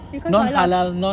because got a lot of s~